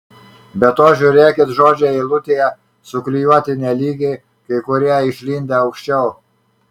be to žiūrėkit žodžiai eilutėje suklijuoti nelygiai kai kurie išlindę aukščiau